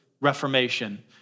reformation